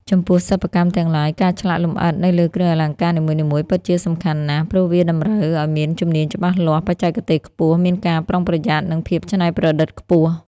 ចំពោះសិប្បកម្មទាំងឡាយ ការឆ្លាក់លម្អិតនៅលើគ្រឿងអលង្ការនីមួយៗពិតជាសំខាន់ណាស់ ព្រោះវាតម្រូវឲ្យមានជំនាញ់ច្បាស់លាស់ បច្ចេកទេសខ្ពស់ មានការប្រុងប្រយត្ន័ និងភាពច្នៃប្រឌិតខ្ពស់។